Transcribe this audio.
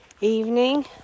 evening